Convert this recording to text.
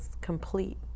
complete